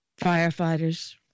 firefighters